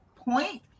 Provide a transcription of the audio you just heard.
Point